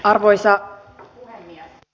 arvoisa ja at